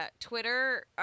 Twitter